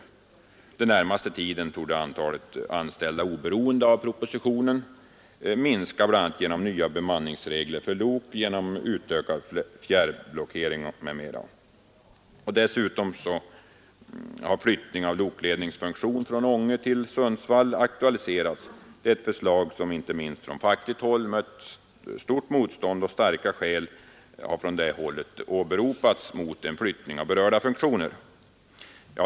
Under den närmaste tiden torde antalet SJ-anställda — oberoende av propositionen — komma att minska, bl.a. genom nya bemanningsregler för lok och genom utökad fjärrblockering. Dessutom har flyttning av lokledningsfunktionen från Ånge till Sundsvall aktualiserats. Det är ett förslag som inte minst från fackligt håll har mött stort motstånd, och starka skäl har från det hållet åberopats mot en flyttning av berörda funktioner.